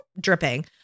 dripping